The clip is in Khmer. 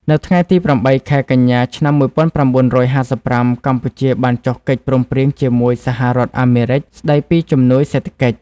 នៅថ្ងៃទី ៨ ខែកញ្ញា ឆ្នាំ១៩៥៥ កម្ពុជាបានចុះកិច្ចព្រមព្រៀងជាមួយ សហរដ្ឋអាមេរិក ស្តីពីជំនួយសេដ្ឋកិច្ច។